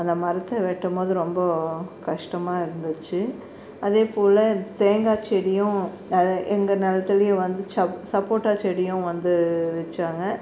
அந்த மரத்தை வெட்டும்போது ரொம்ப கஷ்டமாக இருந்துச்சு அதே போல் தேங்காய் செடியும் அதை எங்கள் நிலத்துலே வந்து சா சப்போட்டா செடியும் வந்து வச்சாங்க